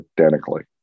identically